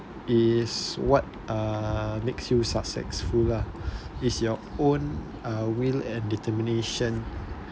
is what uh makes you successful lah is your own uh will and determination